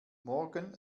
morgen